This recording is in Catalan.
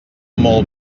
molt